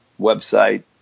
Website